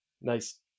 nice